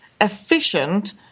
efficient